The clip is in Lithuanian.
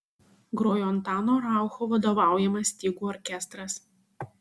grojo antano raucho vadovaujamas stygų orkestras